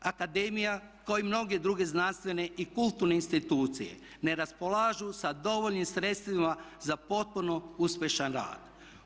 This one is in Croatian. Akademija kao i mnoge druge znanstvene i kulturne institucije ne raspolažu sa dovoljnim sredstvima za potpuno uspješan rad.